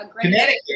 Connecticut